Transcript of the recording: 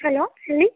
hello ಹೇಳಿ